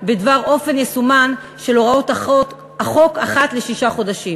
בדבר אופן יישומן של הוראות החוק אחת לשישה חודשים.